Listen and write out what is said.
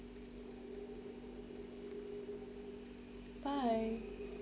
bye